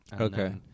Okay